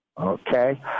Okay